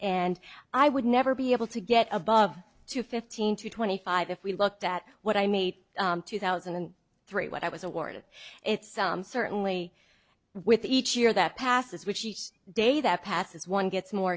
and i would never be able to get above to fifteen to twenty five if we looked at what i made two thousand and three what i was awarded it's certainly with each year that passes which each day that passes one gets more